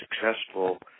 successful